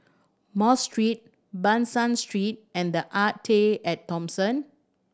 Mosque Street Ban San Street and The Arte At Thomson